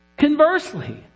conversely